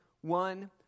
one